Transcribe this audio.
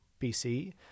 BC